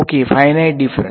okay finite difference